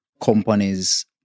companies